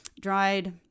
dried